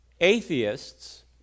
Atheists